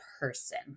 person